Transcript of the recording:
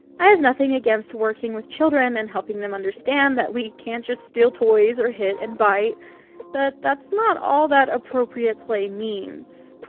i have nothing against working with children and helping them understand that we can't just steal toys or hit and bite but that's not all that appropriate play means.